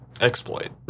Exploit